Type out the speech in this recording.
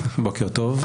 בוקר טוב.